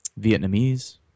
Vietnamese